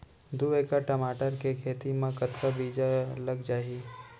दू एकड़ टमाटर के खेती मा कतका बीजा लग जाही?